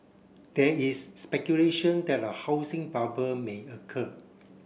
there is speculation that a housing bubble may occur